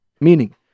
Meaning